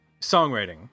songwriting